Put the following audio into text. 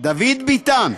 דוד ביטן,